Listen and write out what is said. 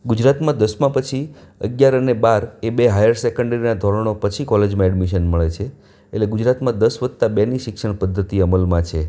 ગુજરાતમાં દસમા પછી અગિયાર અને બાર એ બે હાયર સેકન્ડરીના ધોરણો પછી કોલેજમાં એડમિશન મળે છે એટલે ગુજરાતમાં દસ વત્તા બેની શિક્ષણ પદ્ધતિ અમલમાં છે